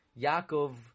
Yaakov